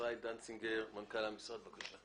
ישראל דנציגר, מנכ"ל המשרד, בבקשה.